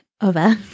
over